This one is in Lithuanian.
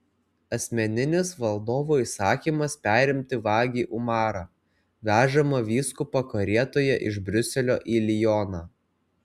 asmeninis valdovo įsakymas perimti vagį umarą vežamą vyskupo karietoje iš briuselio į lioną